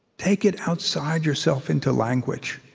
take it outside yourself, into language.